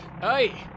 Hey